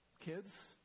kids